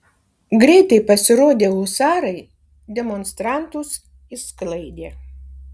greitai pasirodę husarai demonstrantus išsklaidė